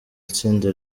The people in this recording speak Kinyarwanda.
itsinda